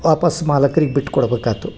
ವಾಪಾಸ್ಸು ಮಾಲಕ್ರಿಗೆ ಬಿಟ್ಕೊಡ್ಬೇಕು ಆತು